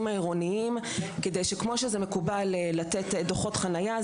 העירוניים כדי שכמו שזה מקובל לתת דוחות חניה,